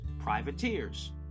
privateers